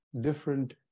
different